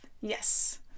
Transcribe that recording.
Yes